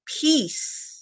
peace